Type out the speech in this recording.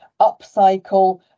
upcycle